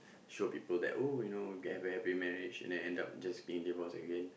show people that oh you know get a very happy marriage and then end up just being divorce again